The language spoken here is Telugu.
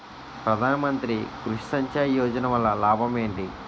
ప్రధాన మంత్రి కృషి సించాయి యోజన వల్ల లాభం ఏంటి?